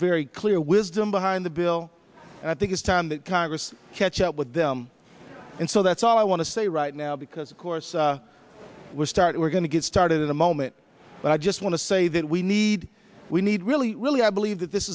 very clear wisdom behind the bill and i think it's time that congress catch up with them and so that's all i want to say right now because of course we're start we're going to get started in a moment but i just want to say that we need we need really really i believe that this